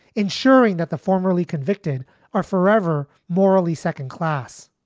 ensuring that the formerly convicted are forever morally second class.